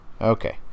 Okay